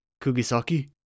Kugisaki